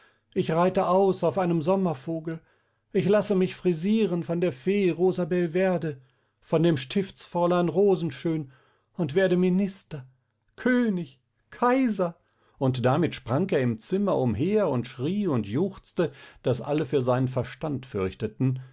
ich reite aus auf einem sommervogel ich lasse mich frisieren von der fee rosabelverde von dem stiftsfräulein rosenschön und werde minister könig kaiser und damit sprang er im zimmer umher und schrie und juchzte daß alle für seinen verstand fürchteten